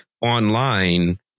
online